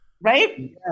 Right